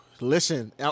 Listen